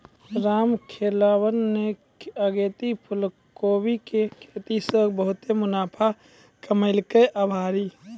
रामखेलावन न अगेती फूलकोबी के खेती सॅ बहुत मुनाफा कमैलकै आभरी